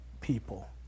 people